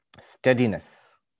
steadiness